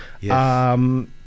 Yes